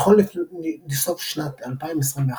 נכון לסוף שנת 2021,